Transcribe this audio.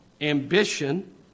ambition